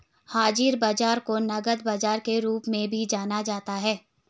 हाज़िर बाजार को नकद बाजार के रूप में भी जाना जाता है